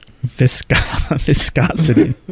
Viscosity